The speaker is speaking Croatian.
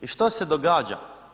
I što se događa.